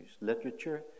literature